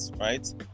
right